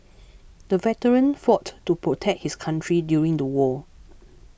the veteran fought to protect his country during the war